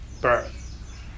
birth